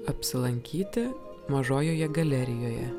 apsilankyti mažojoje galerijoje